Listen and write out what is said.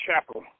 chapel